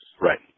Right